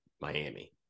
Miami